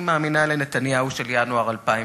אני מאמינה לנתניהו של ינואר 2009,